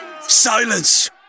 Silence